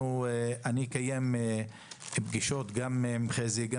אני אקיים פגישות גם עם חזי שוורצמן,